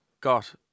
got